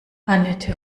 annette